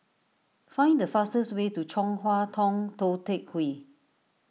find the fastest way to Chong Hua Tong Tou Teck Hwee